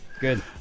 Good